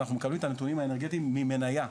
אנחנו מקבלים את הנתונים האנרגטיים ממנייה.